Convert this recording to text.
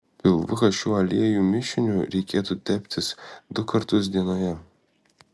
pilvuką šiuo aliejų mišiniu reikėtų teptis du kartus dienoje